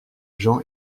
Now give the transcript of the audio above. jean